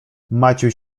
maciuś